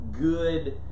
good